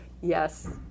Yes